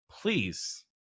please